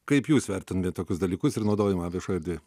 kaip jūs vertintumėt tokius dalykus ir naudojimą viešoj erdvėj